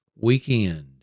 weekend